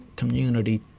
community